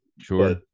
sure